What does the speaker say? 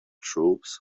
troops